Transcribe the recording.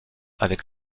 avec